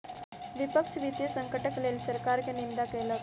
विपक्ष वित्तीय संकटक लेल सरकार के निंदा केलक